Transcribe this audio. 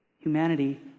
Humanity